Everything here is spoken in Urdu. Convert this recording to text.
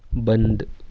بند